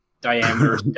diameter